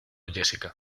jessica